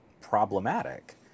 problematic